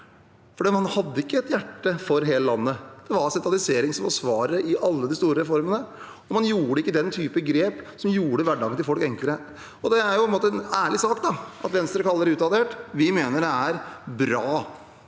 Norge: Man hadde ikke et hjerte for hele landet. Det var sentralisering som var svaret i alle de store reformene. Man gjorde ikke den type grep som gjør hverdagen til folk enklere. Det er en ærlig sak at Venstre kaller det utdatert. Vi mener det er bra.